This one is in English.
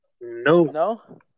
No